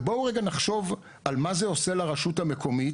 ובואו רגע נחשוב על מה זה עושה לרשות המקומית.